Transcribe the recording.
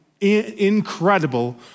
incredible